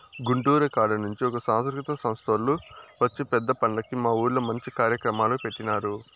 గుంటూరు కాడ నుంచి ఒక సాంస్కృతిక సంస్తోల్లు వచ్చి పెద్ద పండక్కి మా ఊర్లో మంచి కార్యక్రమాలు పెట్టినారు